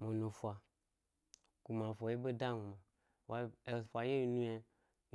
Mi nufa, kuma efa ɗye ɓe dami gbma wa ofa ɗye, yi mi yna,